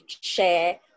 share